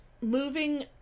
moving